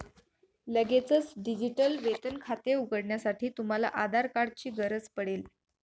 लगेचच डिजिटल वेतन खाते उघडण्यासाठी, तुम्हाला आधार कार्ड ची गरज पडेल